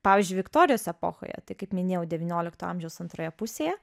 pavyzdžiui viktorijos epochoje tai kaip minėjau devyniolikto amžiaus antroje pusėje